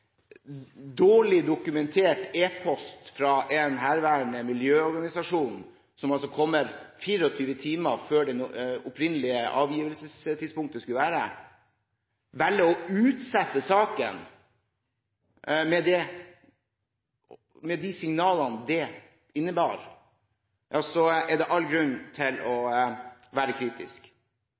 dårlig dokumentert e-post – som kommer 24 timer før det opprinnelige avgivelsestidspunktet – fra en herværende miljøorganisasjon velger å utsette saken, med de signalene det innebar, er det all grunn til å være kritisk.